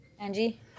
Angie